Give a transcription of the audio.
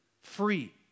free